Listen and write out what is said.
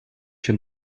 się